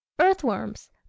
Earthworms